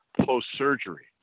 post-surgery